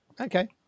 okay